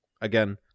Again